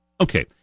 Okay